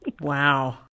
wow